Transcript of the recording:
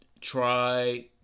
Try